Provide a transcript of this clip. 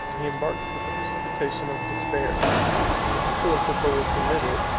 he embarked with the precipitation of despair and the people of hippo were permitted,